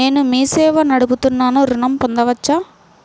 నేను మీ సేవా నడుపుతున్నాను ఋణం పొందవచ్చా?